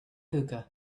hookah